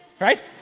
right